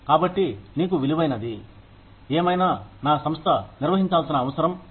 కాబట్టి నీకు విలువైనది ఏమైనా నా సంస్థ నిర్వహించాల్సిన అవసరం ఉంది